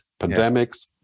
Pandemics